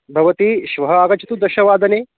भवती श्वः आगच्छतु दशवादने